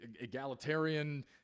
egalitarian